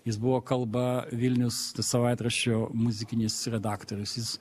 jis buvo kalba vilnius savaitraščio muzikinis redaktorius jis